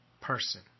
person